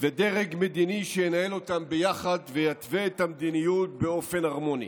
ודרג מדיני שינהל אותם ביחד ויתווה את המדיניות באופן הרמוני.